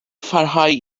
pharhau